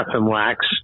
wax